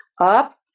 up